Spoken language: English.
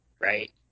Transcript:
right